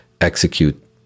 execute